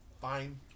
fine